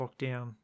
lockdown